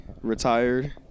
retired